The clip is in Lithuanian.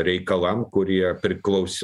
reikalam kurie priklauso